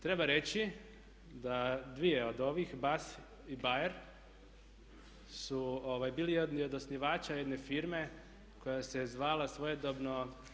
Treba reći da dvije od ovih, Bas i Bayer su bili jedni od osnivača jedne firme koja se zvala svojedobno